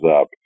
up